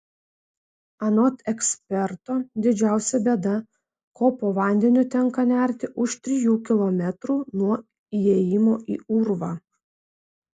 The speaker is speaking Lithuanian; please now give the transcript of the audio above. anot eksperto didžiausia bėda ko po vandeniu tenka nerti už trijų kilometrų nuo įėjimo į urvą